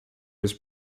was